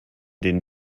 den